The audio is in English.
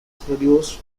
produced